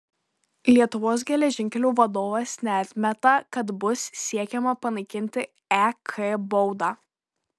lietuvos geležinkelių vadovas neatmeta kad bus siekiama panaikinti ek baudą